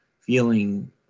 feeling